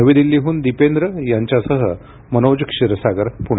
नवी दिल्लीहून दिपेंद्र यांच्यासह मनोज क्षीरसागर पुणे